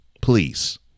Please